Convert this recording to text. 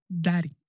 Daddy